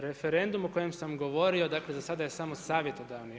Referendum o kojem sam govorio, dakle, za sada je samo savjetodavni.